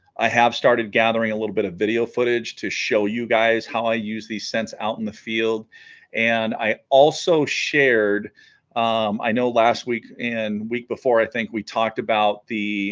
i have started gathering a little bit of video footage to show you guys how i use these scents out in the field and i also shared um i know last week in and week before i think we talked about the